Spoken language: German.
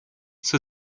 zur